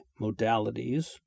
modalities